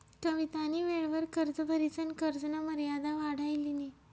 कवितानी वेळवर कर्ज भरिसन कर्जना मर्यादा वाढाई लिनी